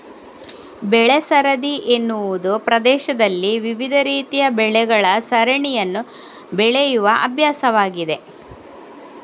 ಬೆಳೆ ಸರದಿ ಎನ್ನುವುದು ಪ್ರದೇಶದಲ್ಲಿ ವಿವಿಧ ರೀತಿಯ ಬೆಳೆಗಳ ಸರಣಿಯನ್ನು ಬೆಳೆಯುವ ಅಭ್ಯಾಸವಾಗಿದೆ